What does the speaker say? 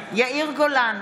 בעד יאיר גולן,